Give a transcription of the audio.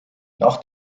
nach